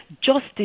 justice